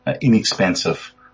inexpensive